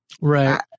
Right